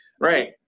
Right